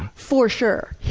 for sure!